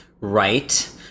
Right